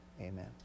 amen